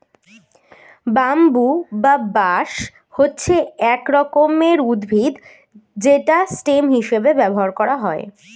bamboo বা বাঁশ হচ্ছে এক রকমের উদ্ভিদ যেটা স্টেম হিসেবে ব্যবহার করা হয়